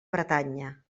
bretanya